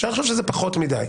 אפשר לחשוב שזה פחות מדי,